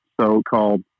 so-called